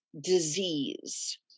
disease